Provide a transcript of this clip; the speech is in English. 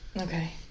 Okay